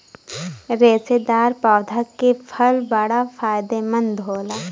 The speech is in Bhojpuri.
रेशेदार पौधा के फल बड़ा फायदेमंद होला